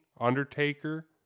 Undertaker